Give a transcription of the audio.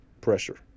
pressure